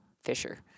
fisher